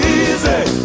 easy